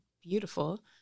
beautiful